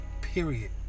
Period